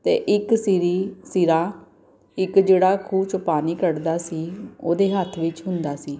ਅਤੇ ਇੱਕ ਸੀਰੀ ਸਿਰਾ ਇੱਕ ਜਿਹੜਾ ਖੂਹ 'ਚੋਂ ਪਾਣੀ ਕੱਢਦਾ ਸੀ ਉਹਦੇ ਹੱਥ ਵਿੱਚ ਹੁੰਦਾ ਸੀ